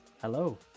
Hello